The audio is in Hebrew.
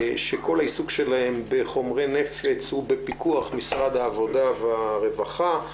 שכל העיסוק שלהם בחומרי נפץ הוא בפיקוח משרד העבודה והרווחה.